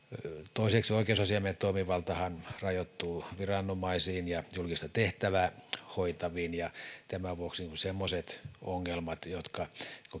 toiseksi oikeusasiamiehen toimivaltahan rajoittuu viranomaisiin ja julkista tehtävää hoitaviin tämän vuoksi semmoiset ongelmat jotka